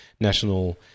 national